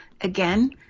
again